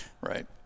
Right